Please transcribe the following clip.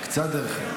קצת דרך ארץ.